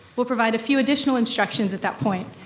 we'll provide a few additional instructions at that point.